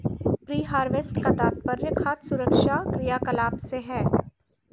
pre harvest का तात्पर्य खाद्य सुरक्षा क्रियाकलाप से है